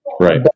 Right